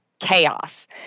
chaos